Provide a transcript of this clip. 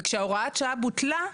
וכשהוראת השעה בוטלה,